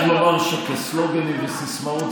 אני חייב לומר שסלוגנים וסיסמאות זה מצוין.